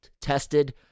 tested